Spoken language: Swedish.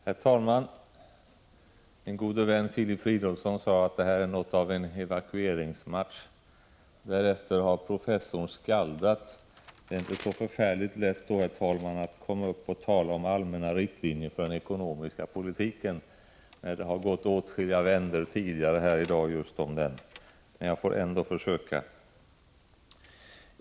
Herr talman! Min gode vän Filip Fridolfsson sade att detta är något av en evakueringsmatch. Därefter har professorn skaldat. Då är det inte så förfärligt lätt att komma upp och tala om allmänna riktlinjer för den ekonomiska politiken, när det dessutom gått åtskilliga vändor tidigare just om den. Men jag får ändå försöka. Herr talman!